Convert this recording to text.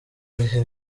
bihe